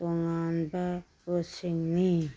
ꯇꯣꯉꯥꯟꯕ ꯄꯣꯠꯁꯦꯡꯅꯤ